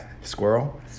Squirrel